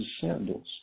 sandals